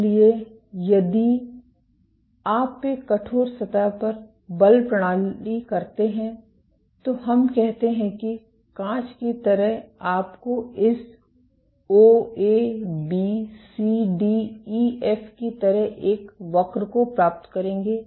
इसलिए यदि आप एक कठोर सतह पर बल प्रणाली करते हैं तो हम कहते हैं कि कांच की तरह आपको इस O A B C D E F की तरह एक वक्र को प्राप्त करेंगे